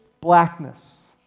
blackness